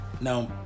Now